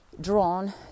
drawn